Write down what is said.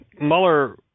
Mueller